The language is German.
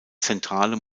zentrale